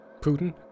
Putin